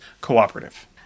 cooperative